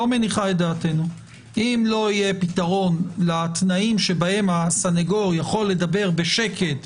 אם לא יהיה פתרון לתנאים שבהם הסנגור יכול לדבר בשקט,